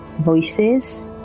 voices